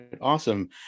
Awesome